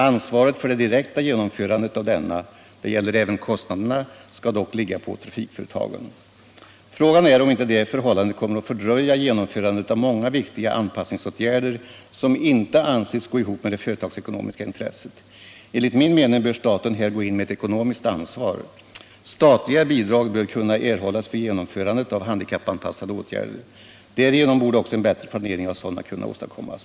Ansvaret för det direkta genomförandet av denna — det gäller även kostnaderna — skall dock ligga på trafikföretagen. Frågan är om inte detta förhållande kommer att fördröja genomförandet av många viktiga anpassningsåtgärder, som inte anses gå ihop med det företagsekonomiska intresset. Enligt min mening bör staten här ta ett ekonomiskt ansvar. Statliga bidrag bör kunna erhållas för genomförande av handikappanpassade åtgärder. Därigenom borde också en bättre planering av sådana kunna åstadkommas.